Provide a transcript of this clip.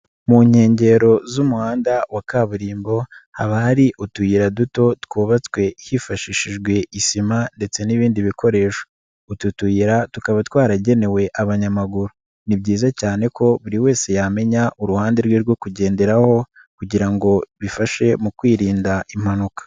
Mu nkengero z'umuhanda wa kaburimbo haba hari utuyira duto twubatswe hifashishijwe isima ndetse n'ibindi bikoresho. Utu tuyira tukaba twaragenewe abanyamaguru ni byiza cyane ko buri wese yamenya uruhande rwe rwo kugenderaho kugira ngo bifashe mu kwirinda impanuka.